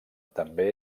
també